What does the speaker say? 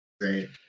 Great